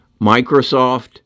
Microsoft